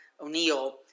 O'Neill